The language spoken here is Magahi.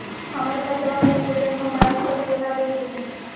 हमर खतवा के विवरण मोबाईल पर केना देखिन?